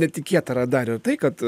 netikėta yra dar ir tai kad